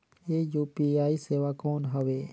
ये यू.पी.आई सेवा कौन हवे?